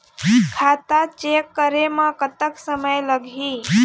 खाता चेक करे म कतक समय लगही?